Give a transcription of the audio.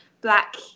black